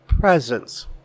Presence